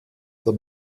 der